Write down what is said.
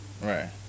right